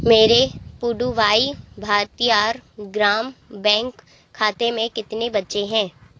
मेरे Puduvai Bharathiar Grama bank खाते में कितने बचे हैं